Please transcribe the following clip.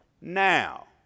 now